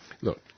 Look